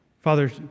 Father